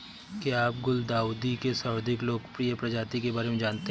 क्या आप गुलदाउदी के सर्वाधिक लोकप्रिय प्रजाति के बारे में जानते हैं?